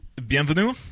bienvenue